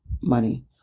Money